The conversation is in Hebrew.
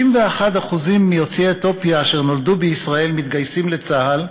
91% מיוצאי אתיופיה אשר נולדו בישראל מתגייסים לצה"ל,